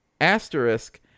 Asterisk